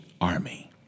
army